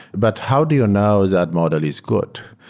but how do you know that model is good,